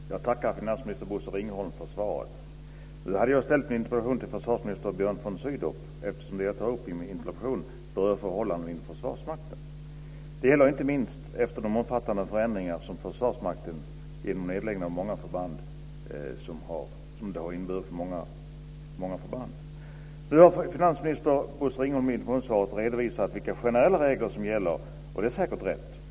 Fru talman! Jag tackar finansminister Bosse Ringholm för svaret. Nu hade jag ställt min interpellation till försvarsminister Björn von Sydow, eftersom det som jag tar upp i min interpellation berör förhållanden inom Försvarsmakten. Det gäller inte minst efter de omfattande förändringar inom Försvarsmakten som nedläggning av många förband har inneburit. Nu har finansminister Bosse Ringholm i interpellationssvaret redovisat vilka generella regler som gäller, och det är säkert rätt.